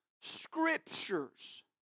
scriptures